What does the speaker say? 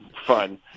fun